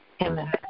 Amen